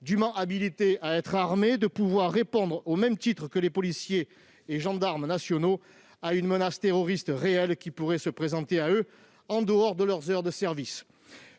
dûment habilités à être armés et capables de répondre, au même titre que les policiers et gendarmes nationaux, à une menace terroriste réelle qui pourrait se présenter à eux en dehors de leurs heures de service.